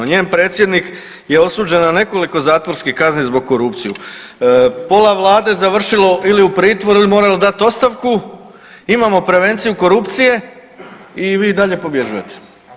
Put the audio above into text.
Njen predsjednik je osuđen na nekoliko zatvorskih kazni zbog korupcije, pola Vlade završilo ili u pritvoru ili moralo dati ostavku, imamo prevenciju korupcije i vi i dalje pobjeđujete.